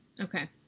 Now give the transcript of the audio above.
Okay